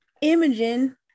Imogen